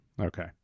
Okay